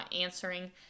answering